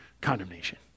condemnation